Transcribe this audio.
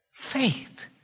Faith